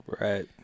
Right